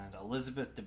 elizabeth